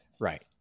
right